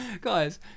Guys